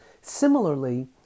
Similarly